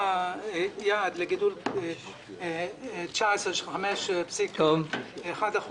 היה יעד לגידול ב-2019 של 5.1%,